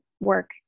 work